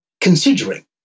considering